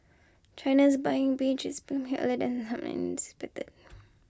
China's buying binge is earlier than some expected